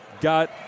got